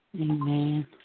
Amen